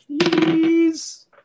Please